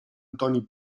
antoni